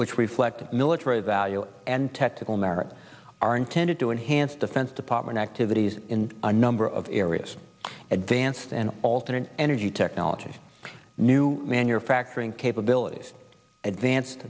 which reflect military value and technical merit are intended to enhance defense department activities in a number of areas advanced and alternate energy technologies new manufacturing capabilities advanced